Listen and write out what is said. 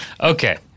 Okay